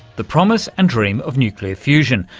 the promise and dream of nuclear fusion.